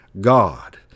God